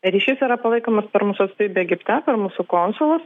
ryšys yra palaikomas per mūsų atstovybę egipte per mūsų konsulus